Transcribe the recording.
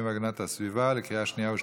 לוועדת הפנים והגנת הסביבה נתקבלה.